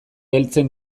heltzen